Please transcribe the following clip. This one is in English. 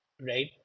right